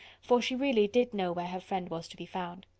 for she really did know where her friend was to be found.